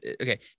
okay